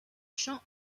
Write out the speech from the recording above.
chant